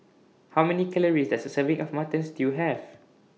How Many Calories Does A Serving of Mutton Stew Have